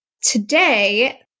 today